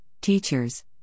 teachers